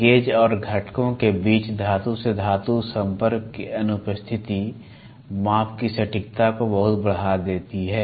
gauge और घटकों के बीच धातु से धातु के संपर्क की अनुपस्थिति माप की सटीकता को बहुत बढ़ा देती है